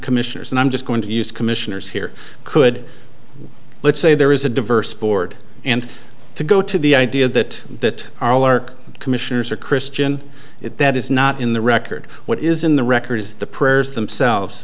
commissioners and i'm just going to use commissioners here could let's say there is a diverse board and to go to the idea that that our lark commissioners are christian if that is not in the record what is in the record is the prayers themselves